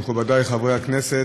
מכובדי חברי הכנסת,